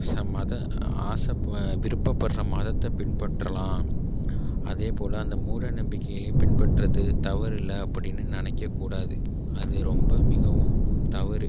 சம்மத ஆச விருப்பப்படுற மதத்தை பின்பற்றலாம் அதேபோல அந்த மூட நம்பிக்கைகளையும் பின்பற்றுவது தவறு இல்லை அப்படின்னு நினைக்கக் கூடாது அது ரொம்ப மிகவும் தவறு